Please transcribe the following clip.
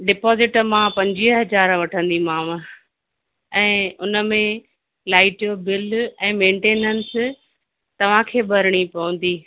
deposit मां पंजवीह हज़ार वठंदीमांव ऐं उन में लाइट जो बिल ऐं मैंटेनंस तव्हां खे भरिणी पवंदी